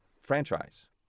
franchise